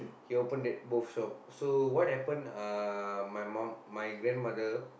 he open that both shop so what happen uh my mum my grandmother